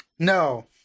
No